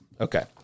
Okay